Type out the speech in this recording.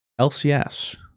LCS